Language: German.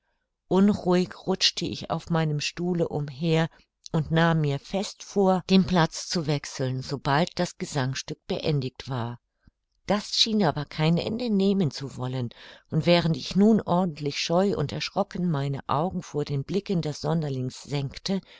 unruhig rutschte ich auf meinem stuhle umher und nahm mir fest vor den platz zu wechseln sobald das gesangstück beendigt war das schien aber kein ende nehmen zu wollen und während ich nun ordentlich scheu und erschrocken meine augen vor den blicken des sonderlings senkte